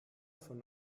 von